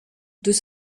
deux